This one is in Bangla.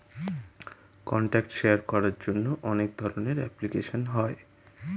কন্ট্যাক্ট শেয়ার করার জন্য অনেক ধরনের অ্যাপ্লিকেশন হয়